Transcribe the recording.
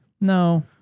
No